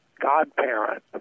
godparent